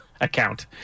account